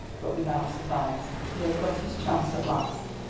but without surprise. he had got his chance at last,